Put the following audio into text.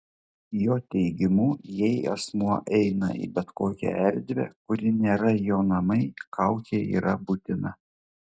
jo teigimu jei asmuo eina į bet kokią erdvę kuri nėra jo namai kaukė yra būtina